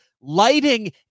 Lighting